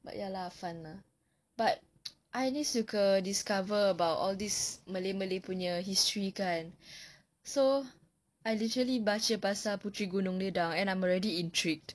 but ya lah fun lah but I ini suka discover about all this malay malay punya history kan so I literally baca pasal puteri gunung ledang and I'm already intrigued